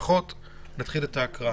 נתחיל את ההקראה.